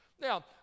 Now